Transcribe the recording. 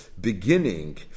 beginning